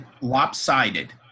lopsided